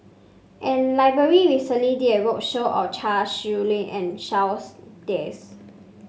an library recently did a roadshow on Chia Shi Lu and Charles Dyce